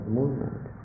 movement